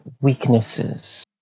weaknesses